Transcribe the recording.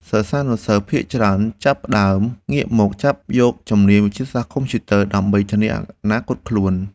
សិស្សានុសិស្សភាគច្រើនចាប់ផ្តើមងាកមកចាប់យកជំនាញវិទ្យាសាស្ត្រកុំព្យូទ័រ ដើម្បីធានាអនាគតខ្លួន។